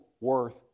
worth